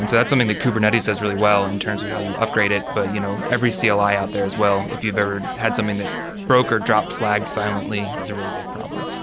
and that's something that kubernetes does really well in terms of how you upgrade it. but you know every cli like out there as well, if you've ever had something that broker dropped flag silently is a really big problem